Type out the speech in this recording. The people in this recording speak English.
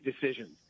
decisions